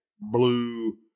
blue